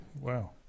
Wow